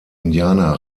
indianer